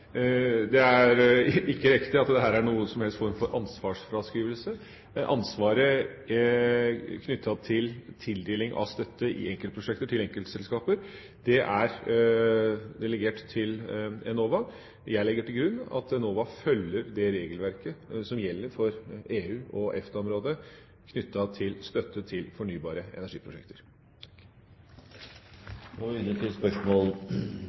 Det er ikke riktig at dette er noen som helst form for ansvarsfraskrivelse. Ansvaret er knyttet til tildeling av støtte i enkeltprosjekter til enkeltselskaper. Det er delegert til Enova. Jeg legger til grunn at Enova følger det regelverket som gjelder for EU- og EFTA-området knyttet til støtte til fornybare energiprosjekter.